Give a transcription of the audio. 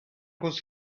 was